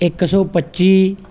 ਇੱਕ ਸੌ ਪੱਚੀ